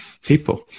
People